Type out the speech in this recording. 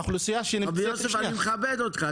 האוכלוסייה שנמצאת --- אבו יוסף אני מכבד אותך.